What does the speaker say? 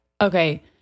Okay